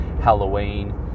Halloween